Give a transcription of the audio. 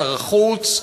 שר החוץ,